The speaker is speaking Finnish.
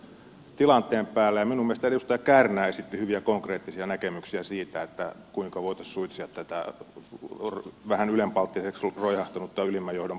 minun mielestäni edustaja kärnä esitti hyviä konkreettisia näkemyksiä siitä kuinka voitaisiin suitsia tätä vähän ylenpalttiseksi roihahtanutta ylimmän johdon palkitsemiskäytäntöä